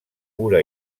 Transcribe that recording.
pura